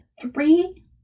three